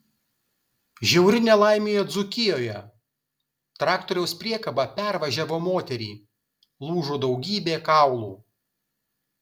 žiauri nelaimė dzūkijoje traktoriaus priekaba pervažiavo moterį lūžo daugybė kaulų